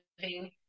living